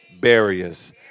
Barriers